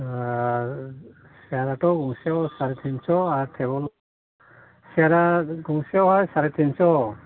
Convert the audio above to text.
सियाराथ' गंसेयाव सारायथिनस' आरो टेबोल सियारा गंसेयावहाय सारायथिनस'